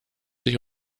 sich